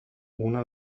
una